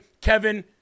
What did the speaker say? Kevin